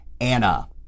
Anna